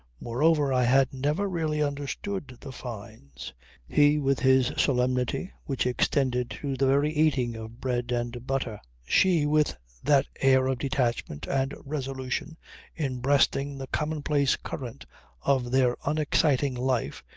moreover i had never really understood the fynes he with his solemnity which extended to the very eating of bread and butter she with that air of detachment and resolution in breasting the common-place current of their unexciting life,